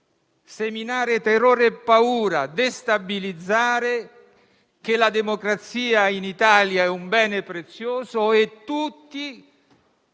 seminare terrore e paura e destabilizzare: la democrazia in Italia è un bene prezioso che tutti,